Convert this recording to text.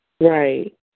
Right